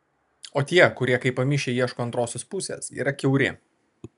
o tie kurie kaip pamišę ieško antrosios pusės yra kiauri